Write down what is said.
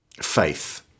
faith